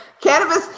cannabis